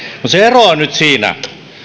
se ero on nyt siinä